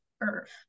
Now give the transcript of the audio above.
earth